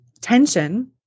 tension